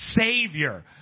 savior